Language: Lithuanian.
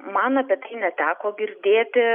man apie tai neteko girdėti